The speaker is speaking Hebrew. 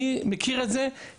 אני מכיר את זה היטב.